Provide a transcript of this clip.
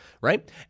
right